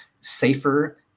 safer